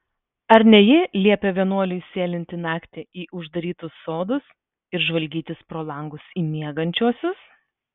ar ne ji liepia vienuoliui sėlinti naktį į uždarytus sodus ir žvalgytis pro langus į miegančiuosius